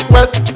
West